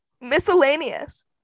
miscellaneous